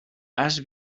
has